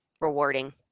rewarding